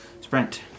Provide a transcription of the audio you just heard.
Sprint